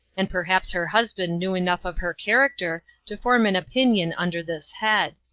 and perhaps her husband knew enough of her character to form an opinion under this head.